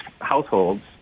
households